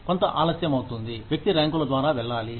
కొంత ఆలస్యమవుతుంది వ్యక్తి ర్యాంకుల ద్వారా వెళ్లాలి